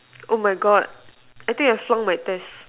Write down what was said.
oh my God I think I flunk my test